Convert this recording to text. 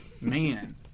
Man